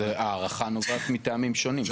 הארכה נובעת מטעמים שונים, בעיניי.